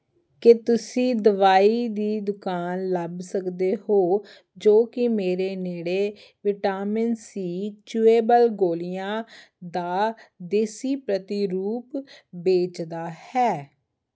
ਕਿ ਤੁਸੀਂ ਦਵਾਈ ਦੀ ਦੁਕਾਨ ਲੱਭ ਸਕਦੇ ਹੋ ਜੋ ਕਿ ਮੇਰੇ ਨੇੜੇ ਵਿਟਾਮਿਨ ਸੀ ਚਿਊਏਬਲ ਗੋਲੀਆਂ ਦਾ ਦੇਸੀ ਪ੍ਰਤੀਰੂਪ ਵੇਚਦਾ ਹੈ